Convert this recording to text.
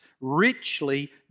richly